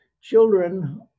children